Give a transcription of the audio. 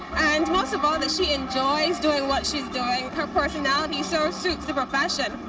and most of all that she enjoys doing what she's doing. her personality so suits the profession.